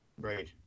Right